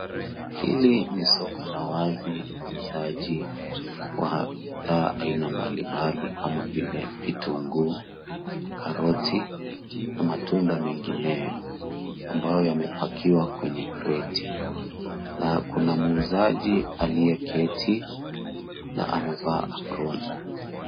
Hili ni soko la wazi wauzaji wa bidhaa aina mbalimbali kama vile vitunguu, karoti na matunda mengineyo, ambayo yamepakiwa kwenye kreti. Na kuna muuzaji aliyeketi na amevaa aproni.